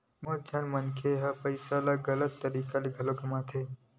बहुत झन मनखे मन ह पइसा ल गलत तरीका ले घलो कमाथे